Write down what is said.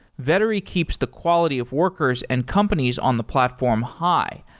vettery keeps the quality of workers and companies on the platform high,